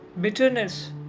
bitterness